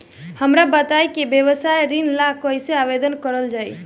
हमरा बताई कि व्यवसाय ऋण ला कइसे आवेदन करल जाई?